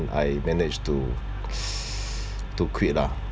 I manage to to quit lah